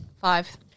Five